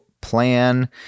plan